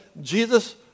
Jesus